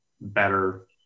better